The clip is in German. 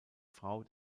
frau